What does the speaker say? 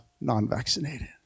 non-vaccinated